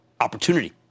opportunity